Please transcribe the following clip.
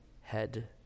head